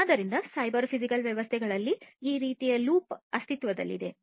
ಆದ್ದರಿಂದ cyber physical ವ್ಯವಸ್ಥೆಗಳಲ್ಲಿ ಈ ರೀತಿಯ ಲೂಪ್ ಅಸ್ತಿತ್ವದಲ್ಲಿದೆ